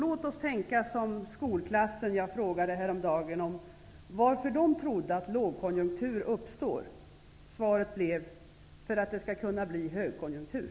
Låt oss tänka som den skolklass som jag häromdagen frågade varför man trodde att en lågkonjunktur uppstår. Svaret blev: För att det skall kunna bli högkonjunktur.